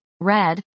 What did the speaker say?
red